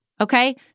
okay